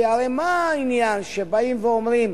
כי הרי מה העניין שבאים ואומרים,